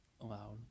allowed